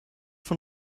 von